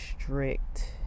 strict